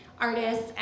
artists